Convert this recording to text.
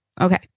Okay